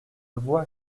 vois